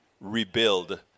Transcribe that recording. rebuild